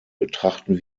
betrachten